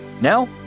Now